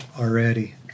already